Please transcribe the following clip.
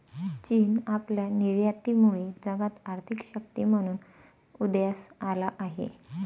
चीन आपल्या निर्यातीमुळे जगात आर्थिक शक्ती म्हणून उदयास आला आहे